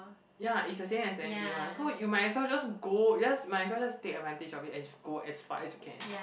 ya is the same as N_T_U one so you might as well just go just might as well just take advantage of it and you just go as far as you can